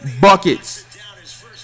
buckets